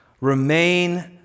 Remain